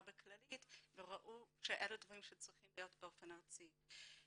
בכללית וראו שאלה דברים שצריכים להיות באופן ארצי.